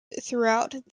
throughout